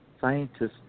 scientists